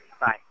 Bye